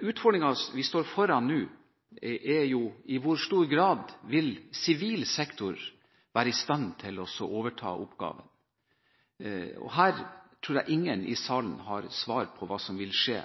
Utfordringene vi nå står foran, er i hvor stor grad sivil sektor vil være i stand til å overta oppgaven. Her tror jeg ingen i salen har svar på hva som vil skje